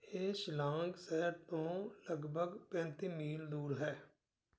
ਇਹ ਸ਼ਿਲਾਂਗ ਸ਼ਹਿਰ ਤੋਂ ਲਗਭਗ ਪੈਂਤੀ ਮੀਲ ਦੂਰ ਹੈ